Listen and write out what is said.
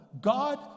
God